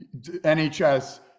NHS